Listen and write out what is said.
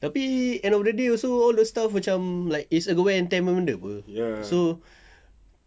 tapi end of the day also all the stuff macam like it's a wear and tear punya benda [pe] so